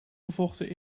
gevochten